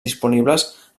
disponibles